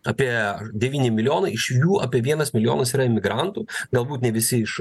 apie devyni milijonai iš jų apie vienas milijonas yra imigrantų galbūt ne visi iš